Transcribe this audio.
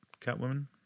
Catwoman